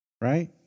right